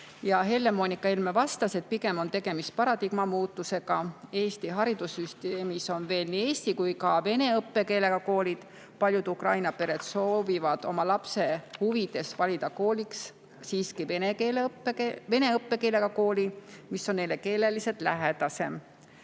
Helle-Moonika Helme vastas, et pigem on tegemist paradigma muutusega. Eesti haridussüsteemis on veel nii eesti kui ka vene õppekeelega koolid. Paljud Ukraina pered soovivad oma lapse huvides valida kooliks siiski vene õppekeelega kooli, mis on neile keeleliselt lähedasem,